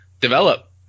develop